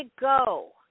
go